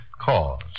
cause